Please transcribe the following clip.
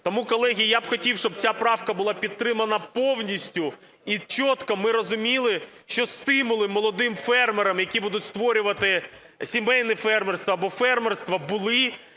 Тому, колеги, я б хотів, щоб ця правка була підтримана повністю, і чітко ми розуміли, що стимули молодим фермерам, які будуть створювати сімейні фермерства або фермерства, були